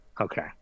Okay